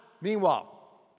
meanwhile